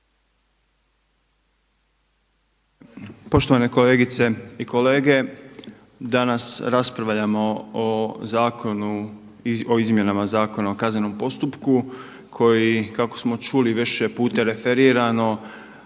Poštovane kolegice i kolege. Danas raspravljamo o zakonu, o Izmjenama zakona o kaznenom postupku koji kako smo čuli više je puta referirano,